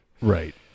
Right